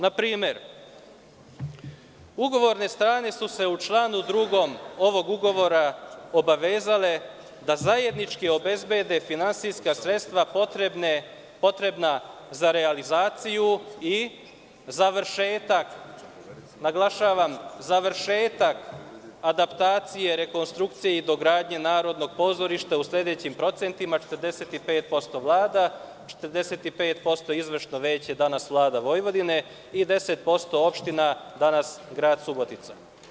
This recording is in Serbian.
Na primer: „Ugovorne strane su se u članu 2. ovog ugovora obavezale da zajednički obezbede finansijska sredstva potrebna za realizaciju i završetak adaptacije rekonstrukcije i dogradnje Narodnog pozorišta u sledećim procentima: 45% Vlada, 45% Izvršno veće, danas Vlada Vojvodine i 10% opština, danas grad Subotica“